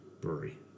Brewery